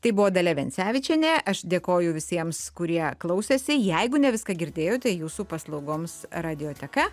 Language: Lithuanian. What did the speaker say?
tai buvo dalia vencevičienė aš dėkoju visiems kurie klausėsi jeigu ne viską girdėjote jūsų paslaugoms radioteka